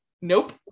nope